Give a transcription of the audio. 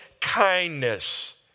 kindness